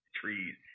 trees